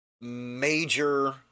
major